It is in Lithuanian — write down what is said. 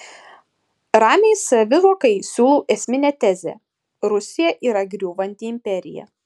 ramiai savivokai siūlau esminę tezę rusija yra griūvanti imperija